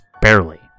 barely